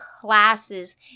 classes